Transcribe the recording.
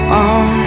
on